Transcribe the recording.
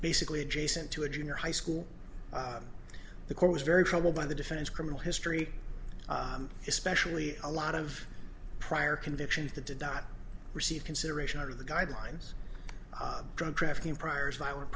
basically adjacent to a junior high school the court was very troubled by the defense criminal history especially a lot of prior convictions that did not receive consideration under the guidelines drug trafficking priors violent